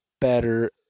better